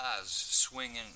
swinging